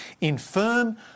infirm